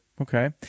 Okay